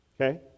Okay